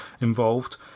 involved